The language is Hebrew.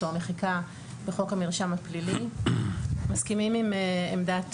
הוא חוק ישן שנחקק לפני חוק המרשם הפלילי וצריך לעשות